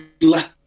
let